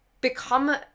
become